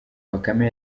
bakame